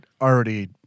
already